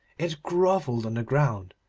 it grovelled on the ground,